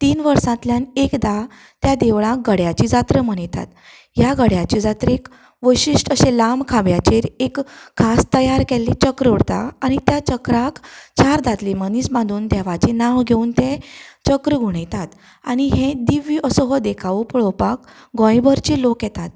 तीन वर्सांतल्यान एकदा त्या देवळांत गड्याची जात्रा मनयतात ह्या गड्याच्या जात्रेक वैशिश्ट अशें लांब खांब्याचेर एक खार तयार केल्लें चक्र उरता आनी त्या चक्राक चार दादले मनीस बानून देवाचें नांव घेवन तें चक्र घुवणयतात आनी हें दिव्य असो हो देखावो पळोपाक गोंयभरचे लोक येतात